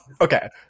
Okay